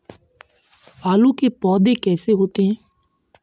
आलू के पौधे कैसे होते हैं?